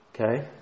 okay